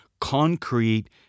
concrete